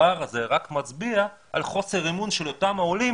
הפער הזה רק מצביע על חוסר אמון של אותם העולים